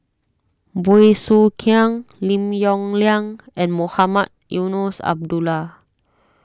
Bey Soo Khiang Lim Yong Liang and Mohamed Eunos Abdullah